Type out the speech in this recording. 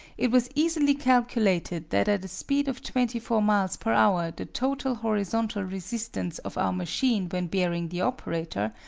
it was easily calculated that at a speed of twenty four miles per hour the total horizontal resistance of our machine when bearing the operator,